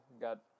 Got